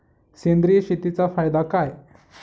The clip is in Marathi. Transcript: सेंद्रिय शेतीचा फायदा काय?